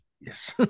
Yes